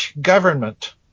government